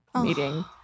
meeting